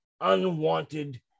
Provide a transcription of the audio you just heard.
unwanted